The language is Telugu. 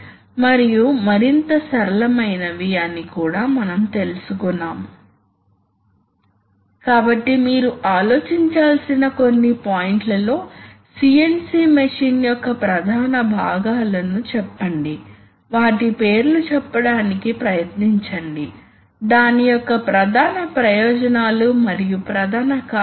వాస్తవానికి అవి చాలా సందర్భాల్లో ఎలక్ట్రిక్ లాజిక్ ఉపయోగించి పనిచేస్తాయి వాస్తవానికి ఈ పైలట్ యాక్చుయేషన్ సాధారణంగా ఉంటుంది మనము చెప్పినట్లుగా మైక్రోప్రాసెసర్ వాస్తవానికి న్యూమాటిక్ సిస్టం ను ఎలా నియంత్రించగలదో మనము చూశాము